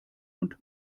und